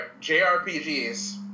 JRPGs